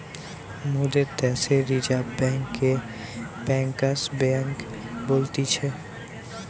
মোদের দ্যাশে রিজার্ভ বেঙ্ককে ব্যাঙ্কার্স বেঙ্ক বলতিছে